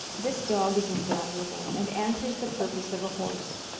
this dog is invaluable, and answers the purpose of a horse.